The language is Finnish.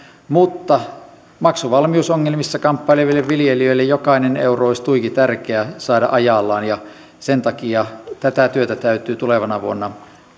mutta maksuvalmiusongelmissa kamppaileville viljelijöille jokainen euro olisi tuiki tärkeä saada ajallaan ja sen takia tätä työtä täytyy tulevana vuonna